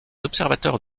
observateurs